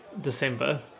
december